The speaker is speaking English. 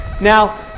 Now